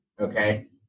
okay